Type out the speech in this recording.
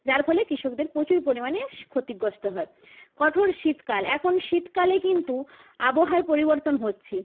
যার ফলে কৃষকদের প্রচুর পরিমাণে সব ক্ষতিগ্রস্ত হয় কঠোর শীতকাল এখন শীতকালে কিন্তু আবহাওয়ার পরিবর্তন হচ্ছে